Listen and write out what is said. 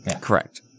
Correct